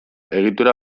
egitura